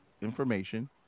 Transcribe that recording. information